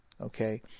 okay